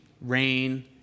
rain